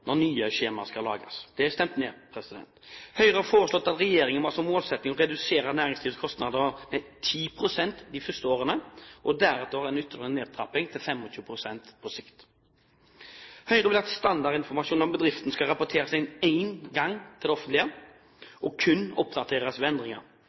nye skjemaer skal lages. Det er stemt ned. Høyre har foreslått at regjeringen må ha som målsetting å redusere næringslivets kostnader med 10 pst. de første årene og deretter foreta en ytterligere nedtrapping til 25 pst. på sikt. Høyre vil at standardinformasjon om bedriften skal rapporteres inn én gang til det